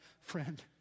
friend